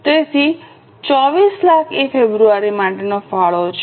તેથી 240000 એ ફેબ્રુઆરી માટે ફાળો છે